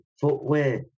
footwear